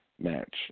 match